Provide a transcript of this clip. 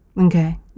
okay